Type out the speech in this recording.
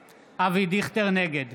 אטבריאן, נגד